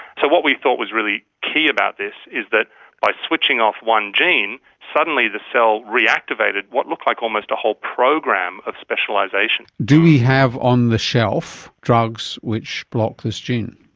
so what we thought was really key about this is that by switching off one gene, suddenly the cell reactivated what looked like almost a whole program of specialisation. do we have on the shelf drugs which block this gene?